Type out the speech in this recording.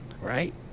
right